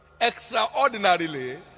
extraordinarily